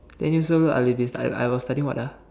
ten years old I live this I was studying what ah